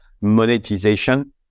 monetization